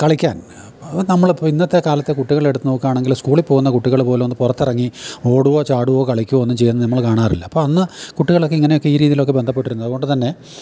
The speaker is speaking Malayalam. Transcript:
കളിക്കാൻ അപ്പോൾ നമ്മളിപ്പോൾ ഇന്നത്തെ കാലത്തെ കുട്ടികളെ എടുത്ത് നോക്കുകയാണെങ്കിൽ സ്കൂളിൽ പോവുന്ന കുട്ടികൾ പോലും ഒന്ന് പുറത്തിറങ്ങി ഓടുവോ ചാടുവോ കളിക്കുകയോ ഒന്നും ചെയ്യുന്നത് നമ്മൾ കാണാറില്ല അപ്പം അന്ന് കുട്ടികളൊക്കെ ഇങ്ങനൊക്കെ ഈ രീതിയിലൊക്കെ ബന്ധപ്പെട്ടിരുന്നത് അതുകൊണ്ട് തന്നെ